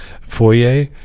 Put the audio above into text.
foyer